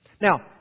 Now